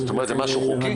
זאת אומרת זה משהו חוקי?